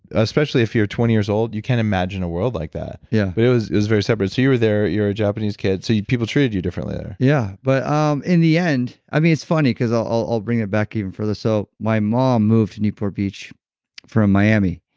especially if you're twenty years old, you can't imagine a world like that. yeah but it was it was very separate. so you were there, you're a japanese kid, so people treated you differently there yeah, but um in the end. i mean, it's funny because i'll i'll bring it back even further so my mom moved to newport beach from miami.